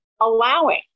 allowing